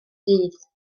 dydd